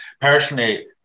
personally